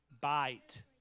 bite